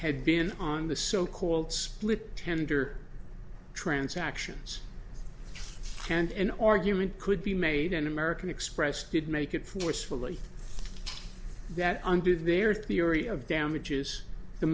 had been on the so called split tender transactions and an argument could be made an american express could make it forcefully that under their theory of damages the